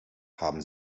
haben